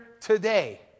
today